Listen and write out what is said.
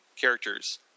characters